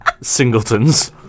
singletons